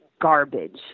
garbage